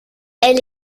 elle